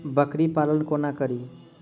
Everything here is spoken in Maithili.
बकरी पालन कोना करि?